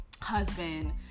husband